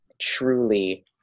truly